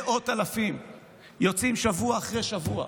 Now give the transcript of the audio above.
מאות אלפים יוצאים שבוע אחרי שבוע,